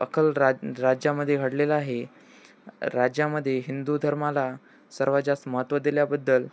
अकल राज राज्यामध्ये घडलेलं आहे राज्यामध्ये हिंदू धर्माला सर्वात जास्त महत्त्व दिल्याबद्दल